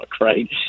right